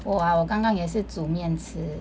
我 ah 我刚刚也是煮面吃